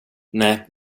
nej